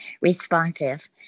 responsive